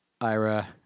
Ira